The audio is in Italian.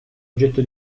oggetto